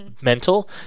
mental